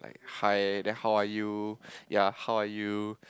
hi then how are you ya how are you